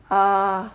uh